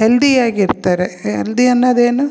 ಹೆಲ್ದಿಯಾಗಿ ಇರ್ತಾರೆ ಹೆಲ್ದಿ ಅನ್ನೋದ್ ಏನು